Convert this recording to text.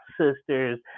sisters